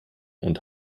und